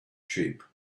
sheep